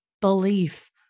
belief